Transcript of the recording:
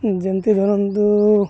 ଯେନ୍ତି ଧରନ୍ତୁ